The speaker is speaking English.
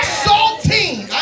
saltine